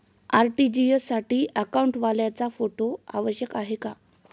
RTGS साठी अकाउंटवाल्याचा photo आवश्यक आहे का?